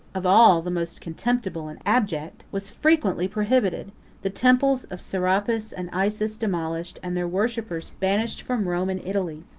of all the most contemptible and abject, was frequently prohibited the temples of serapis and isis demolished, and their worshippers banished from rome and italy.